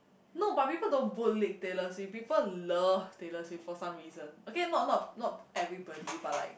no but people don't bootlick Taylor Swift people love Taylor Swift for some reason okay not not not everybody but like